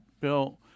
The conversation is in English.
Bill